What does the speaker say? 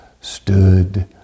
stood